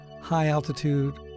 high-altitude